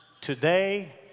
Today